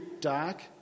dark